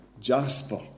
Jasper